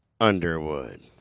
Underwood